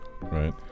right